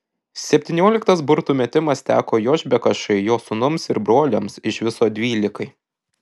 septynioliktas burtų metimas teko jošbekašai jo sūnums ir broliams iš viso dvylikai